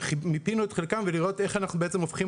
מיפינו את חלקם ולראות איך אנחנו בעצם הופכים